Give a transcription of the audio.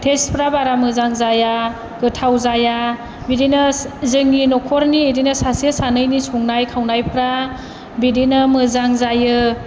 टेसफ्रा बारा मोजां जाया गोथाव जाया बिदिनो जों जोंनि नखरनि सासे सानैनि संनाय खावनायफ्रा बिदिनो मोजां जायो